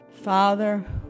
Father